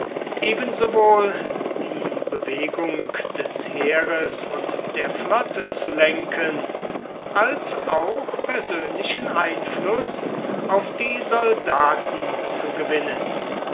ebensowohl die bewegung des heeres und der flotte zu lenken als auch persönlichen einfluß auf die soldaten zu gewinnen